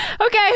Okay